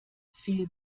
viel